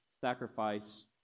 sacrifice